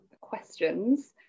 questions